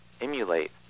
emulate